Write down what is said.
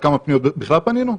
כמה פניות בכלל פנינו?